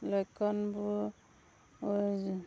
লক্ষণবোৰ